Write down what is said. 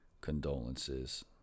condolences